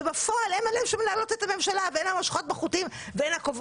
שבפועל הן אלה שמנהלות את הממשלה והן אלה שמושכות בחוטים וקובעות?